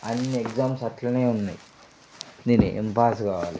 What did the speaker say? అన్ని ఎగ్జామ్స్ అట్లనే ఉన్నాయి నేనేం పాస్ కావాలి